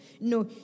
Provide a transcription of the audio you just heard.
No